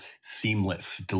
seamless